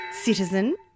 Citizen